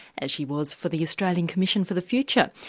as she was for the australian commission for the future.